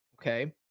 okay